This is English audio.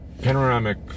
Panoramic